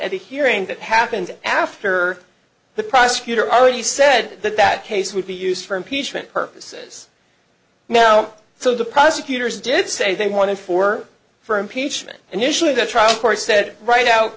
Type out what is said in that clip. the hearing that happened after the prosecutor already said that that case would be used for impeachment purposes now so the prosecutors did say they wanted for for impeachment and usually the trial court said right out